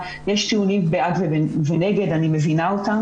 אני הייתי מצפה ממך לתת קצת יותר קרדיט לוועדה הזאת.